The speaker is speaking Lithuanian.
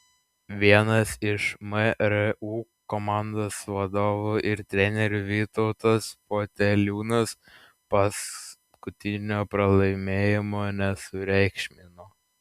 vienas iš mru komandos vadovų ir trenerių vytautas poteliūnas paskutinio pralaimėjimo nesureikšmino